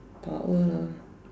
power lah